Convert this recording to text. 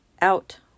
out